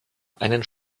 einen